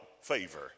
Favor